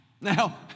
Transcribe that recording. Now